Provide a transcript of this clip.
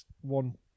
one